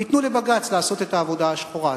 וייתנו לבג"ץ לעשות את העבודה השחורה.